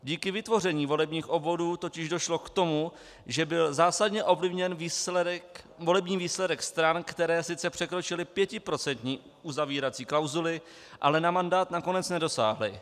Díky vytvoření volebních obvodů totiž došlo k tomu, že byl zásadně ovlivněn volební výsledek stran, které sice překročily pětiprocentní uzavírací klauzuli, ale na mandát nakonec nedosáhly.